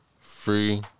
Free